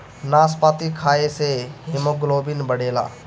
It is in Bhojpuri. नाशपाती खाए से हिमोग्लोबिन बढ़ेला